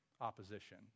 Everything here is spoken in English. opposition